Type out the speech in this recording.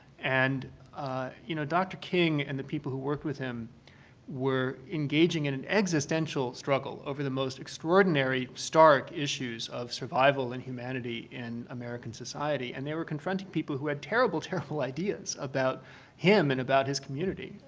and you know, dr. king and the people who worked with him were engaging in an existential struggle over the most extraordinary stark issues of survival and humanity in american society. and they were confronting people who had terrible, terrible ideas about him and about his community.